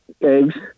eggs